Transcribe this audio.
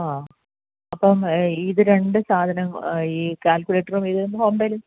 അഹ് അപ്പം ഇത് രണ്ട് സാധനം ഈ കാല്കുലേറ്ററും ഇതും ഹോം ഡെ